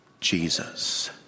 Jesus